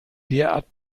derart